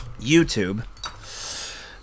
YouTube